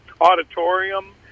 auditorium